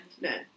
No